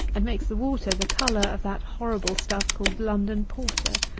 and makes the water the colour of that horrible stuff called london porter.